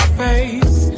face